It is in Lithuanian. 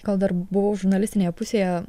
kol dar buvau žurnalistinėje pusėje